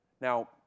Now